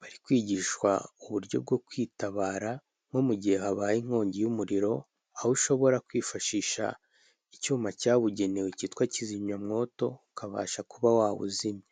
bari kwigishwa uburyo bwo kwitabara nko mu gihe habaye inkongi y'umuriro, aho ushobora kwifashisha icyuma cyabugenewe cyitwa kizimyamwoto, ukabasha kuba wawuzimya.